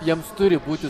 jiems turi būti